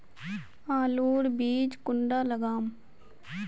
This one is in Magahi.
आलूर बीज कुंडा लगाम?